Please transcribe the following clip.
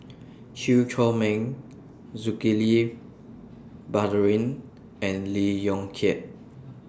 Chew Chor Meng Zulkifli Baharudin and Lee Yong Kiat